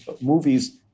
movies